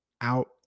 out